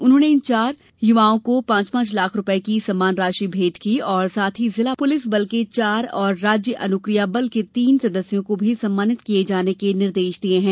उन्होंने इन चार युवकों को पांच पांच लाख की सम्मान राशि भेंट की और साथ ही जिला पुलिस बल के चार और राज्य अनुक्रिया बल के तीन सदस्यों को भी सम्मानित किये जाने के निर्देश दिये हैं